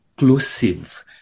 inclusive